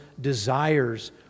desires